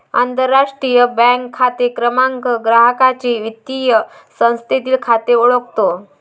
आंतरराष्ट्रीय बँक खाते क्रमांक ग्राहकाचे वित्तीय संस्थेतील खाते ओळखतो